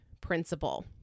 principle